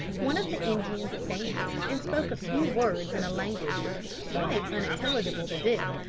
one of the indians advanced and spoke a few words in a language which was quite unintelligible to dick,